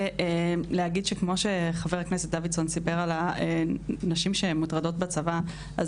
כמו שחה"כ דוידסון סיפר על נשים שמוטרדות בצבא,